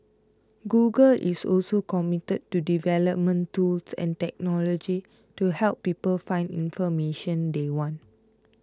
google is also committed to development tools and technology to help people find information they want